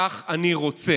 כך אני רוצה.